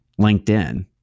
LinkedIn